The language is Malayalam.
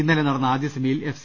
ഇന്നലെ നടന്ന ആദ്യ സെമിയിൽ എഫ്